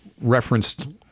referenced